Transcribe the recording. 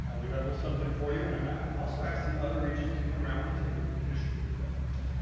and we have a little something for you and i'm gonna also ask the other regents to come round. we're gonna take a group picture with you if that's okay.